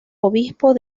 obispos